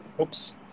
Oops